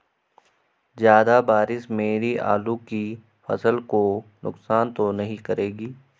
ज़्यादा बारिश मेरी आलू की फसल को नुकसान तो नहीं करेगी?